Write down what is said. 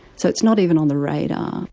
so it's not even on the radar.